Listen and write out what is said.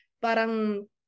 Parang